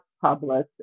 published